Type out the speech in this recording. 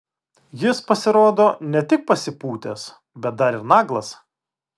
jis pasirodo ne tik pasipūtęs bet dar ir naglas